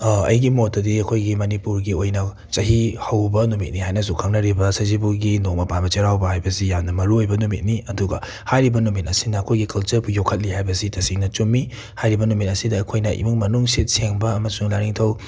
ꯑꯩꯒꯤ ꯃꯣꯠꯇꯗꯤ ꯑꯩꯈꯣꯏꯒꯤ ꯃꯅꯤꯄꯨꯔꯒꯤ ꯑꯣꯏꯅ ꯆꯍꯤ ꯍꯧꯕ ꯅꯨꯃꯤꯠꯅꯤ ꯍꯥꯏꯅꯁꯨ ꯈꯪꯅꯔꯤꯕ ꯁꯖꯤꯕꯨꯒꯤ ꯅꯣꯡꯃ ꯄꯥꯟꯕ ꯆꯩꯔꯥꯎꯕ ꯍꯥꯏꯕꯁꯤ ꯌꯥꯝꯅ ꯃꯔꯨꯑꯣꯏꯕ ꯅꯨꯃꯤꯠꯅꯤ ꯑꯗꯨꯒ ꯍꯥꯏꯔꯤꯕ ꯅꯨꯃꯤꯠ ꯑꯁꯤꯅ ꯑꯩꯈꯣꯏꯒꯤ ꯀꯜꯆꯔꯕꯨ ꯌꯣꯛꯈꯠꯂꯤ ꯍꯥꯏꯕꯁꯤ ꯇꯁꯦꯡꯅ ꯆꯨꯝꯃꯤ ꯍꯥꯏꯔꯤꯕ ꯅꯨꯃꯤꯠ ꯑꯁꯤꯗ ꯑꯩꯈꯣꯏꯅ ꯏꯃꯨꯡ ꯃꯅꯨꯡ ꯁꯤꯠ ꯁꯦꯡꯕ ꯑꯃꯁꯨꯡ ꯂꯥꯏꯅꯤꯡꯊꯧ